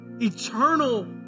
eternal